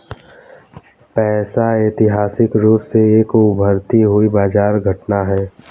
पैसा ऐतिहासिक रूप से एक उभरती हुई बाजार घटना है